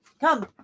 Come